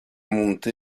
monte